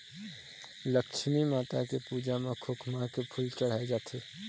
लक्छमी माता के पूजा म खोखमा के फूल चड़हाय जाथे